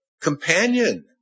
Companion